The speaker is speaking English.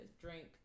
drink